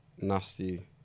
nasty